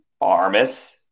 Armis